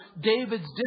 David's